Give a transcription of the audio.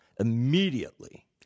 Immediately